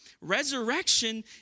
Resurrection